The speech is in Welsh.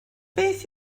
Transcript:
beth